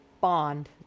Bond